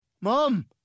Mom